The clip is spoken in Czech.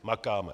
Makáme.